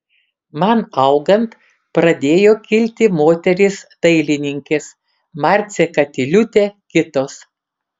man augant pradėjo kilti moterys dailininkės marcė katiliūtė kitos